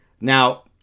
Now